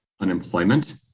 unemployment